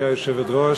גברתי היושבת-ראש,